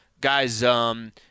guys –